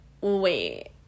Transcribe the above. wait